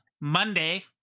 Monday